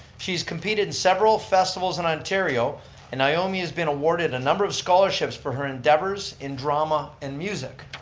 she's competed in several festivals in ontario and naomi has been awarded a number of scholarships for her endeavors in drama and music.